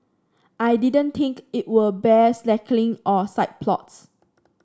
I didn't think it would bear slackening or side plots